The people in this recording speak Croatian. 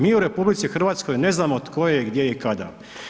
Mi u RH ne znamo tko je gdje i kada.